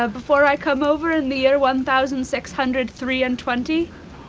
ah before i come over in the year one thousand six hundred three and twenty?